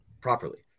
properly